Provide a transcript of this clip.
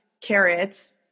carrots